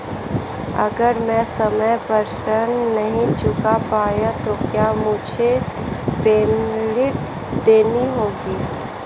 अगर मैं समय पर ऋण नहीं चुका पाया तो क्या मुझे पेनल्टी देनी होगी?